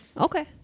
okay